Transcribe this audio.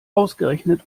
ausgerechnet